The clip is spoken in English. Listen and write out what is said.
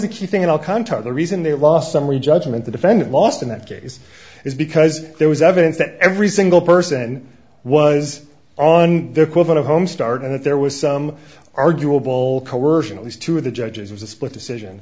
contact the reason they lost summary judgment the defendant lost in that case is because there was evidence that every single person was on their quote on a home start and that there was some arguable coercion at least two of the judges was a split decision